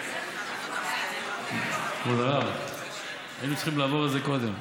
כבוד הרב, היינו צריכים לעבור על זה קודם,